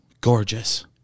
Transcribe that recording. gorgeous